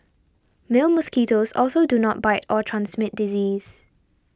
male mosquitoes also do not bite or transmit disease